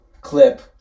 clip